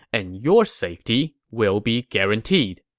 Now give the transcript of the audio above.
and your safety will be guaranteed.